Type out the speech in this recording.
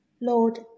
Lord